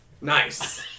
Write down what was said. Nice